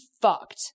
fucked